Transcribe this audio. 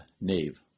nave